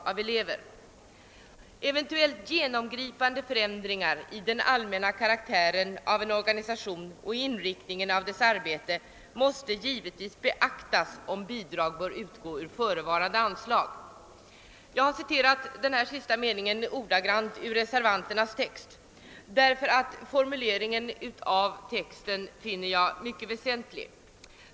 Vidare framhåller vi: >»Eventuellt inträffande genomgripande förändringar i den allmänna karaktären av en organisation och i inriktningen av dess arbete måste givetvis beaktas vid prövningen av om bidrag bör utgå ur förevarande anslag.» "Jag har citerat dessa meningar ordagrant ur reservationen, eftersom jag finner formuleringen mycket väsentlig.